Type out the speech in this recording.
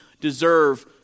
deserve